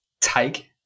take